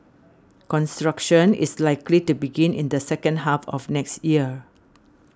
construction is likely to begin in the second half of next year